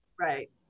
Right